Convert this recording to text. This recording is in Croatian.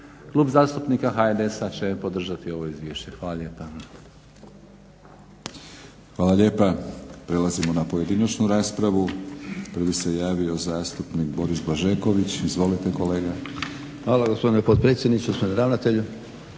Klub zastupnika HNS-a će podržati ovo izvješće. Hvala lijepa. **Batinić, Milorad (HNS)** Hvala lijepa. Prelazimo na pojedinačnu raspravu. Prvi se javio zastupnik Boris Blažeković. Izvolite kolega. **Blažeković, Boris (HNS)** Hvala gospodine potpredsjedniče, gospodine ravnatelju,